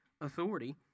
authority